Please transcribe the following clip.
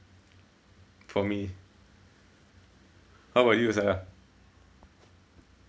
for me how about you sala